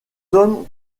hommes